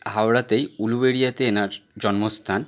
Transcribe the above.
হাওড়াতেই উলুবেড়িয়াতে এনার জন্মস্থান